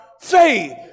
faith